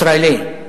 ישראלי.